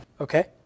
Okay